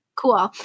Cool